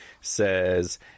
says